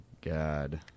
God